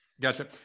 Gotcha